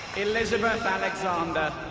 elizabeth alexander,